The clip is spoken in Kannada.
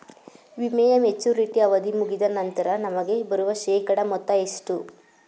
ವಿಮೆಯ ಮೆಚುರಿಟಿ ಅವಧಿ ಮುಗಿದ ನಂತರ ನಮಗೆ ಬರುವ ಶೇಕಡಾ ಮೊತ್ತ ಎಷ್ಟು?